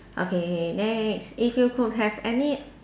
okay next if you could have any